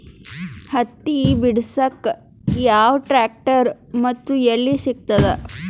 ಹತ್ತಿ ಬಿಡಸಕ್ ಯಾವ ಟ್ರ್ಯಾಕ್ಟರ್ ಮತ್ತು ಎಲ್ಲಿ ಸಿಗತದ?